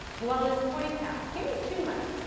you want to lose twenty pounds? give me two months,